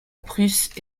prusse